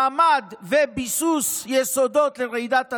ממ"ד וביסוס יסודות לרעידת אדמה,